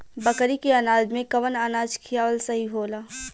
बकरी के अनाज में कवन अनाज खियावल सही होला?